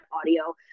audio